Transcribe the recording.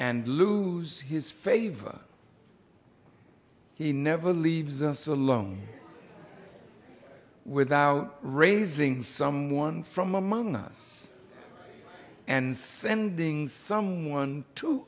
and lose his favor he never leaves us alone without raising someone from among us and sending someone to